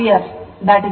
392 36